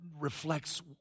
reflects